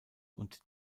und